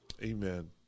Amen